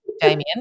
Damien